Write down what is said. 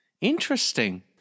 interesting